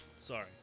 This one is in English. Sorry